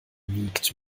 wiegt